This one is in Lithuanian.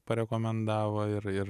parekomendavo ir ir